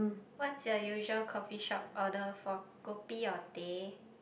what's your usual coffeeshop order for kopi or teh